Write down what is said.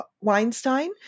Weinstein